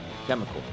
Chemical